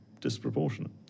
disproportionate